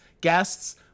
guests